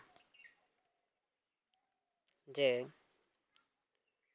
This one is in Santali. ᱡᱮ